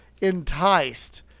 enticed